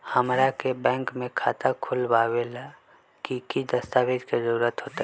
हमरा के बैंक में खाता खोलबाबे ला की की दस्तावेज के जरूरत होतई?